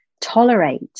tolerate